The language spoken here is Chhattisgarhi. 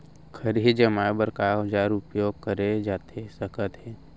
खरही जमाए बर का औजार उपयोग करे जाथे सकत हे?